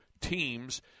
teams